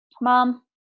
Mom